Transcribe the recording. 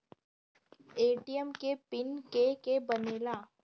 ATM के PIN के के बनेला?